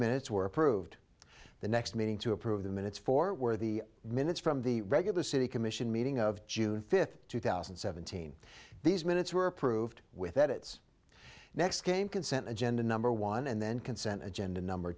minutes were approved the next meeting to approve the minutes for where the minutes from the regular city commission meeting of june fifth two thousand and seventeen these minutes were approved with edits next came consent agenda number one and then consent agenda number